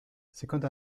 secondo